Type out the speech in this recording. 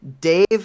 Dave